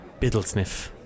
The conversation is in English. Biddlesniff